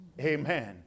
Amen